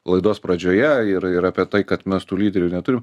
laidos pradžioje ir ir apie tai kad mes tų lyderių neturim